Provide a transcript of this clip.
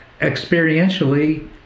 experientially